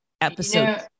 episode